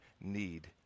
need